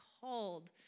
called